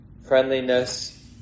friendliness